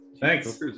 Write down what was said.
Thanks